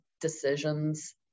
decisions